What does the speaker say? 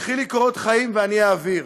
"שלחי לי קורות חיים ואני אעביר,